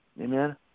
Amen